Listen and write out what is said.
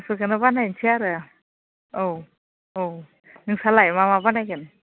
बेफोरखौनो बानायनोसै आरो औ औ नोंसालाय मा मा बानायगोन